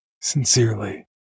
Sincerely